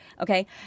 Okay